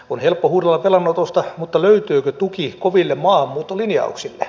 on helppo huudella velanotosta mutta löytyykö tuki koville maahanmuuttolinjauksille